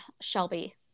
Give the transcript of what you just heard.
Shelby